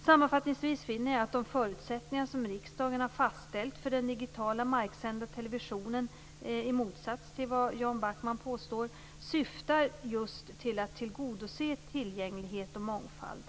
Sammanfattningsvis finner jag att de förutsättningar som riksdagen har fastställt för den digitala marksända televisionen i motsats till vad Jan Backman påstår syftar just till att tillgodose tillgänglighet och mångfald.